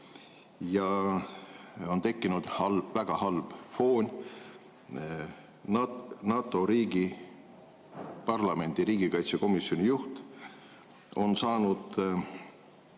ja on tekkinud väga halb foon. NATO riigi parlamendi riigikaitsekomisjoni juht on saanud